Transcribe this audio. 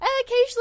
occasionally